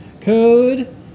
Code